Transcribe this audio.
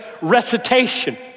recitation